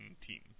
team